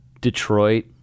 Detroit